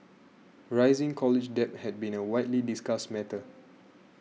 rising college debt has been a widely discussed matter